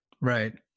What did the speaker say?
Right